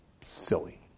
silly